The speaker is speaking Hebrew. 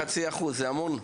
חצי אחוז זה המון.